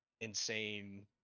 insane